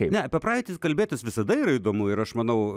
ne apie praeitį kalbėtis visada yra įdomu ir aš manau